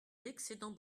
l’excédent